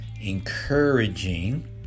encouraging